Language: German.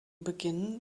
beginnen